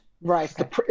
Right